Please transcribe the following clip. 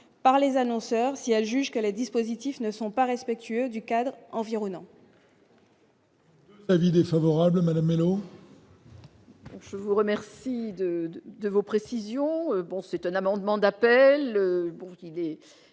par les annonceurs, si elle juge que les dispositifs ne sont pas respectueux du cadre environnant.